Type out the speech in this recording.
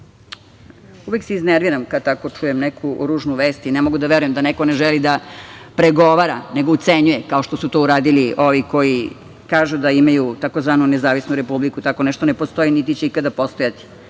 Uvek se iznerviram kada tako čujem neku ružnu vest i ne mogu da verujem da neko ne želi da pregovara nego ucenjuje, kao što su to uradili ovi koji kažu da imaju tzv. nezavisnu republiku. Tako nešto ne postoji, niti će ikada postojati.